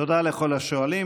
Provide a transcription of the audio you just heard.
תודה לכל השואלים.